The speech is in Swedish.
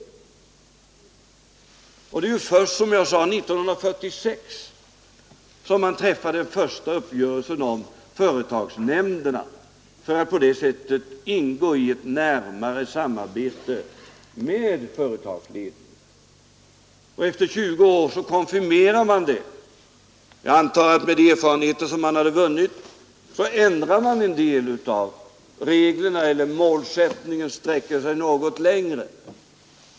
Det var, som jag sade, först år 1946 som man träffade den första uppgörelsen om företagsnämnderna för att på det sättet kunna ingå i ett närmare samarbete med företagsledningarna. Efter 20 år konfirmerar man nu detta. Jag antar, att man efter de erfarenheter som vunnits ändrar en del av reglerna eller att målsättningen nu sträcker sig något längre.